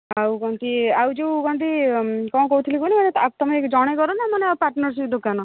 ଆଉ କ'ଣ କି ଆଉ ଯୋଉ କହନ୍ତି କ'ଣ କହୁଥିଲି କହିଲେ ତୁମେ ଜଣେ କରନା ମାନେ ଆଉ ପାର୍ଟନର୍ସିପ୍ ଦୋକାନ